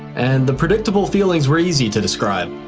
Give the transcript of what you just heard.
and the predictable feelings were easy to describe.